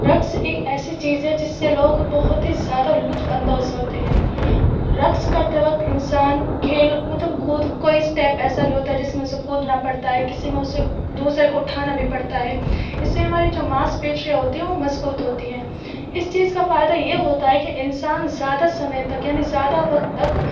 رقص ایک ایسی چیز ہے جس سے لوگ بہت ہی زیادہ لُطف اندوز ہو تے ہیں رقص کرتے وقت انسان کھیل مطلب کود کوئی اسٹیپ ایسا بھی ہوتا ہے جس میں اُسے کودنا پڑتا ہے کسی میں اُسے دوسرے کو اُٹھانا بھی پڑتا ہے اس سے ہماری جو ماس پیشیا ہوتی ہے مضبوط ہوتی ہیں اِس چیز کا فائدہ یہ ہوتا ہے کہ انسان زیادہ سمے تک یعنی زیادہ وقت تک